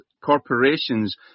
corporations